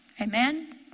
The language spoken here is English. Amen